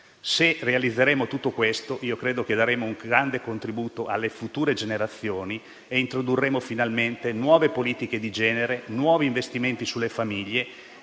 Se realizzeremo tutto questo, io credo che daremo un grande contributo alle future generazioni e introdurremo finalmente nuove politiche di genere e nuovi investimenti sulle famiglie.